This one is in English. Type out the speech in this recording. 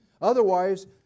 Otherwise